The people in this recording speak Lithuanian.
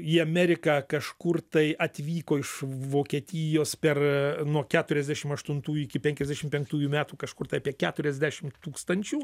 į ameriką kažkur tai atvyko iš vokietijos per nuo keturiasdešim aštuntų iki penkiasdešim penktųjų metų kažkur tai apie keturiasdešim tūkstančių